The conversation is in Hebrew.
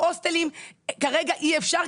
אבל לסגור הוסטלים כרגע אי אפשר,